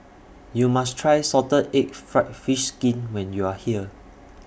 YOU must Try Salted Egg Fried Fish Skin when YOU Are here